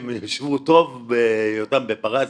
הם ישבו טוב בהיותם בפרס,